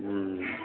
हूँ